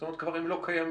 כלומר, הם כבר לא קיימים.